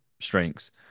strengths